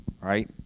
right